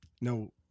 no